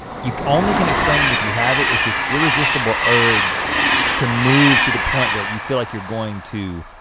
you only can explain it if you have it, it's this irresistible urge to move to the point that you feel like you're going to,